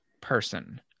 person